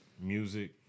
music